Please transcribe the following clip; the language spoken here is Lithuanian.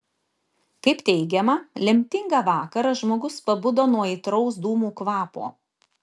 kaip teigiama lemtingą vakarą žmogus pabudo nuo aitraus dūmų kvapo